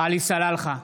עלי סלאלחה,